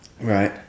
right